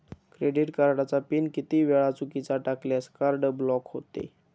Credit कार्डचा pin किती वेळा चुकीचा टाकल्यास कार्ड ब्लॉक होते?